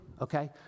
okay